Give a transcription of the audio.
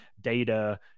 data